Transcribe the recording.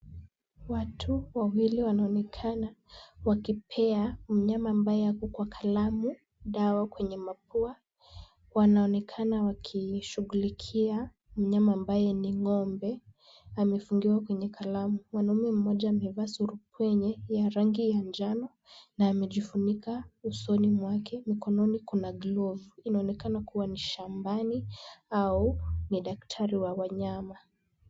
Watu wawili wanaonekana wakipea mnyama ambaye ako kwa kalamu dawa kwenye mapua. Wanaonekana wakishughulikia mnyama ambaye ni ng'ombe, amefungiwa kwenye kalamu. Mwanamme mmoja amevaa surupwenye ya rangi ya njano na amejifunika usoni mwake. Mikononi kuna glovu inaonekana kuwa ni shambani, au ni daktari wa wanyama.